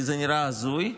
כי זה נראה הזוי.